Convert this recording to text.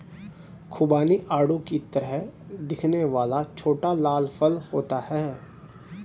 खुबानी आड़ू की तरह दिखने वाला छोटा लाल फल होता है